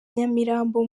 nyamirambo